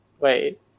Wait